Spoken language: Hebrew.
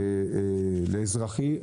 בהתאמה לאזרחי.